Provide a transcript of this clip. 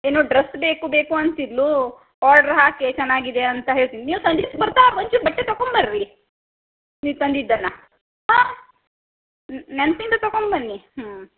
ಏನೋ ಡ್ರಸ್ ಬೇಕು ಬೇಕು ಅಂತಿದ್ಳು ಆರ್ಡ್ರ್ ಹಾಕೆ ಚೆನ್ನಾಗಿದೆ ಅಂತ ಹೇಳ್ತೀನಿ ನೀವು ಸಂಜಿಗೆ ಬರ್ತಾ ಒಂಚೂರು ಬಟ್ಟೆ ತಕೊಂಡ್ ಬನ್ರಿ ನೀವು ತಂದಿದ್ದನ್ನು ಹಾಂ ನೆನಪಿಂದ ತಕೊಂಡ್ಬನ್ನಿ ಹ್ಞೂ